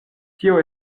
tio